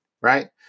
Right